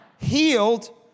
Healed